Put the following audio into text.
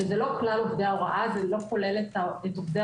שזה לא כלל עובדי ההוראה זה לא כולל את עובדי